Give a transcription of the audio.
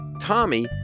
Tommy